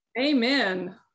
Amen